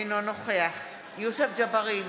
אינו נוכח יוסף ג'בארין,